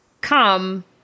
come